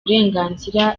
uburenganzira